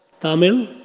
Tamil